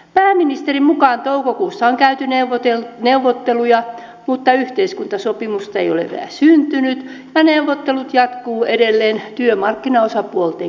pääministerin mukaan toukokuussa on käyty neuvotteluja mutta yhteiskuntasopimusta ei ole vielä syntynyt ja neuvottelut jatkuvat edelleen työmarkkinaosapuolten kesken